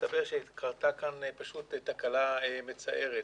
ומסתבר שקרתה כאן פשוט תקלה מצערת.